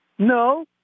No